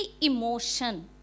emotion